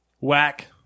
Whack